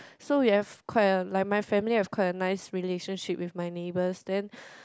so we have quite a like my family have quite a nice relationship with my neighbours then